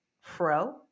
fro